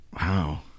Wow